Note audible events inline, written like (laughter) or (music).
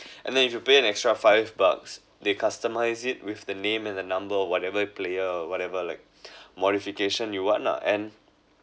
and then if you pay an extra five bucks they customise it with the name and the number whatever player or whatever like (breath) modification you want lah and